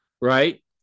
right